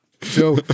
Joe